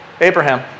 abraham